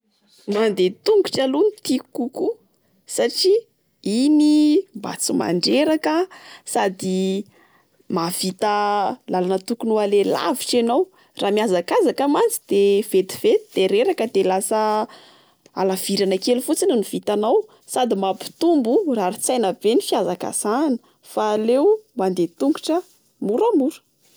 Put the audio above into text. Mandeha tongotra aloha no tiako kokoa satria iny mba tsy mandreraka sady mahavita lalana tokony ho aleha lavitra enao. Raha miazakazaka mantsy dia vetivety dia reraka. De lasa alavirana kely fotsiny no vitanao, sady mampitombo rarin-tsaina be ny fihazakazahana fa aleo mandeha tongotra moramora.